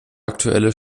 aktuelle